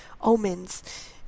omens